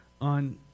on